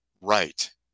Right